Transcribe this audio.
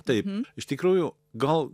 taip iš tikrųjų gal